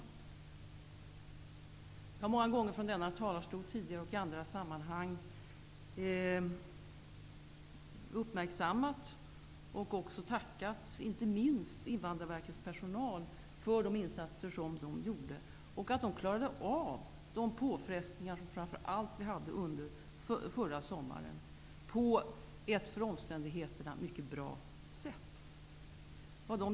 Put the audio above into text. Jag har mångar gånger tidigare från denna talarstol och i andra sammanhang uppmärksammat och även tackat Invandrarverkets personal för de insatser som den gjorde. Personalen klarade av påfrestningarna framför allt under förra sommaren på ett efter omständigheterna mycket bra sätt.